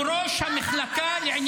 אמר.